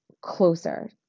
closer